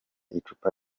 icupa